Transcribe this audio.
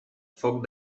foc